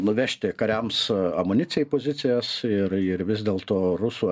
nuvežti kariams amunicijąį pozicijas ir ir vis dėlto rusų